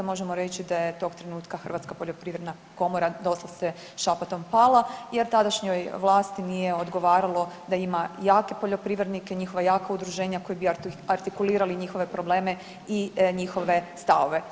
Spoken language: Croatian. Možemo reći da je tog trenutka Hrvatska poljoprivredna komora doslovce šapatom pala, jer tadašnjoj vlasti nije odgovaralo da ima jake poljoprivrednike, njihova jaka udruženja koji bi artikulirali njihove probleme i njihove stavove.